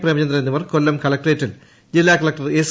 പ്രേമചന്ദ്രൻ എന്നിവർ കൊല്ലം കളക്ട്രേറ്റിൽ ജില്ലാകളക്ടർ എസ്